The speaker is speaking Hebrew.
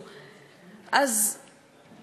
אפשר היה לעשות את זה אחרת,